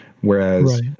whereas